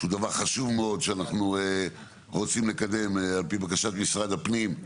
שהוא דבר חשוב מאוד שאנחנו רוצים לקדם על פי בקשת משרד הפנים,